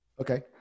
Okay